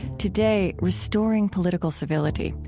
today restoring political civility.